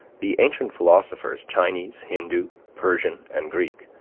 the ancient philosophers, chinese, hindoo, persian, and greek,